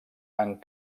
amb